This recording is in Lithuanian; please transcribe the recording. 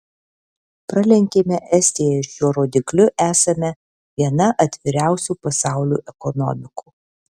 pralenkėme estiją ir šiuo rodikliu esame viena atviriausių pasaulių ekonomikų